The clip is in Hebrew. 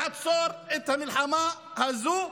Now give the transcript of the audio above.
לעצור את המלחמה הזו,